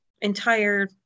entire